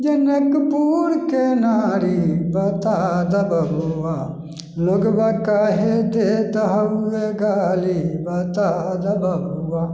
जनकपुरके नारी बता दऽ बबुआ लोगबा काहे देत हमे गाली बता दऽ बबुआ